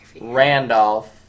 Randolph